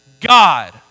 God